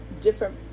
different